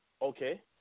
Okay